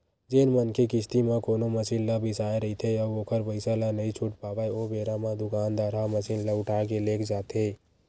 जेन मनखे किस्ती म कोनो मसीन ल बिसाय रहिथे अउ ओखर पइसा ल नइ छूट पावय ओ बेरा म दुकानदार ह मसीन ल उठाके लेग जाथे